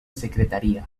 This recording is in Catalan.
secretaria